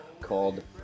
called